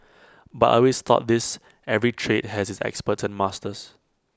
but I always thought this every trade has its experts and masters